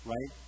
Right